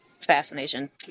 fascination